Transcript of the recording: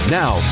now